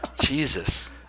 Jesus